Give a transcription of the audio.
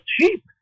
cheap